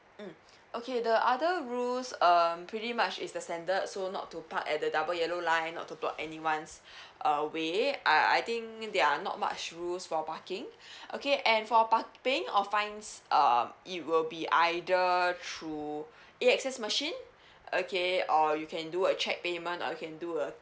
mm okay the other rules um pretty much is the standard so not to park at the double yellow line not to block anyone's uh way uh I think they are not much rules for parking okay and for park paying of fines um it will be either through A_X_S machine okay or you can do a cheque payment or you can do a